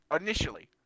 initially